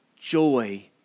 joy